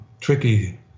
tricky